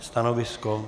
Stanovisko?